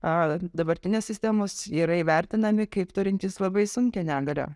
a dabartinės sistemos yra įvertinami kaip turintys labai sunkią negalią